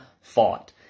fought